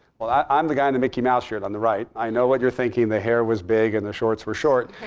well, i'm the guy in the mickey mouse shirt on the right. i know what you're thinking. the hair was big and the shorts were short.